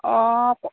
অঁ